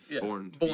Born